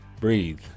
Breathe